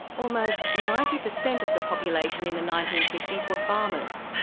almost ninety percent of the population in the nineteen fifty s were farmers.